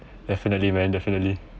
definitely man definitely